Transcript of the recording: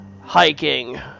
hiking